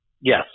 Yes